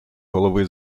голови